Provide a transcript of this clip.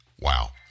Wow